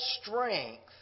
strength